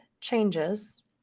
changes